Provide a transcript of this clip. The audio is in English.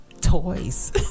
toys